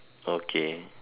okay